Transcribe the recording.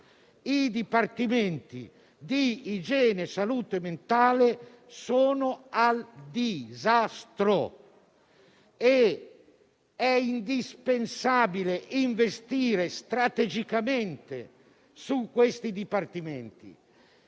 I dipartimenti di igiene e salute mentale sono al disastro ed è indispensabile investire strategicamente su di essi.